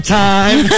time